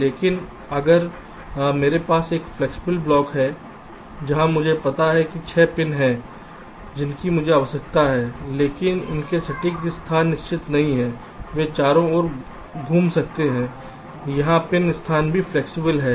लेकिन अगर मेरे पास एक फ्लैक्सिबल ब्लॉक है जहां मुझे पता है कि 6 पिन हैं जिनकी मुझे आवश्यकता है लेकिन उनके सटीक स्थान निश्चित नहीं हैं वे चारों ओर घूम सकते हैं यहां पिन स्थान भी फ्लैक्सिबल हैं